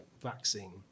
vaccine